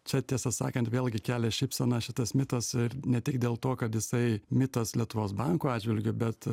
čia tiesą sakant vėlgi kelia šypseną šitas mitas ir ne tik dėl to kad jisai mitas lietuvos banko atžvilgiu bet